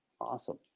Awesome